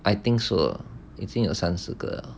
I think so 已经有三十个